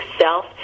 self